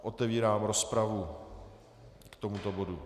Otevírám rozpravu k tomuto bodu.